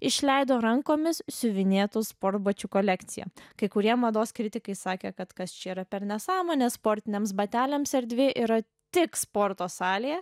išleido rankomis siuvinėtų sportbačių kolekciją kai kurie mados kritikai sakė kad kas čia yra per nesąmonė sportiniams bateliams erdvė yra tik sporto salėje